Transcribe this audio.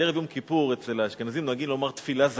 בערב יום כיפור אצל האשכנזים נוהגים לומר "תפילה זכה"